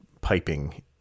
piping